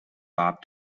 bob